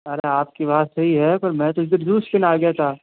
अरे आपकी बात सही है पर मैं तो इधर जूस पीने आ गया था